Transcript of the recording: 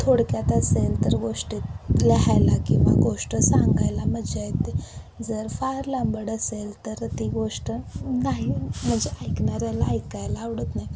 थोडक्यात असेल तर गोष्टीत लिहायला किंवा गोष्ट सांगायला मजा येते जर फार लांबड असेल तर ती गोष्ट नाही म्हणजे ऐकणाऱ्याला ऐकायला आवडत नाही